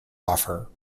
offer